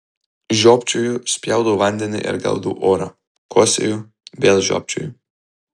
žiopčioju spjaudau vandenį ir gaudau orą kosėju vėl žiopčioju